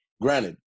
Granted